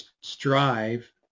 strive